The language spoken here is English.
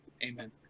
Amen